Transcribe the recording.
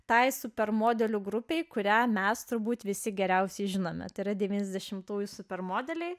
tai super modelių grupei kurią mes turbūt visi geriausiai žinome tėra devyniasdešimtųjų super modeliai